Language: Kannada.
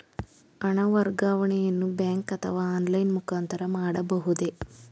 ಹಣ ವರ್ಗಾವಣೆಯನ್ನು ಬ್ಯಾಂಕ್ ಅಥವಾ ಆನ್ಲೈನ್ ಮುಖಾಂತರ ಮಾಡಬಹುದೇ?